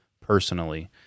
personally